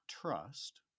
trust